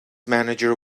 manager